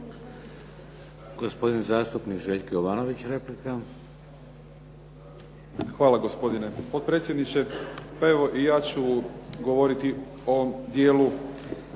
Hvala gospodine